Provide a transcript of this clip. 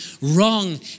wrong